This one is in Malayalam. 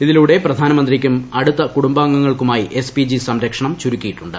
ഇതിലൂടെ പ്രധാനമന്ത്രിക്കും അടുത്തു കുടുംബാംഗങ്ങൾക്കുമായിട് എസ് പി ജി സംരക്ഷണം ചുരുക്കിയിട്ടുണ്ട്